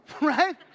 right